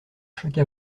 chaque